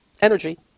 energy